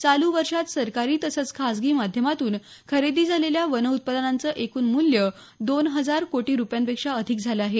चालू वर्षांत सरकारी तसंच खासगी माध्यमातून खरेदी झालेल्या वन उत्पादनांचं एकूण मूल्य दोन हजार कोटी रुपयांपेक्षा अधिक झालं आहे